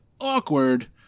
awkward